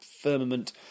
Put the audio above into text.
firmament